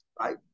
Right